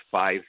five